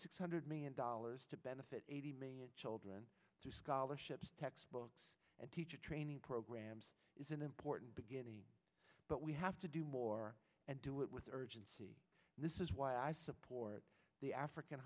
six hundred million dollars to benefit eighty million children through scholarships textbooks and teacher training programs is an important beginning but we have to do more and do it with urgency this is why i support the african